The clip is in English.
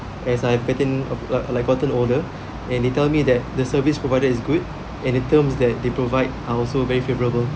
as I bette~ like gotten older and they tell me that the service provider is good and the terms that they provide are also very favorable